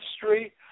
history